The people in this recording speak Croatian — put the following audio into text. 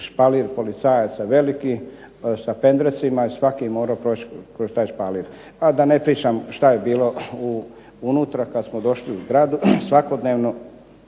špalir policajaca veliki sa pendrecima i svaki je morao proći kroz taj špalir. Evo, da ne pričam što je bilo unutra kad smo došli u zgradu. Svakodnevno